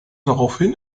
daraufhin